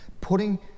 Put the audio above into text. putting